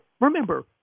remember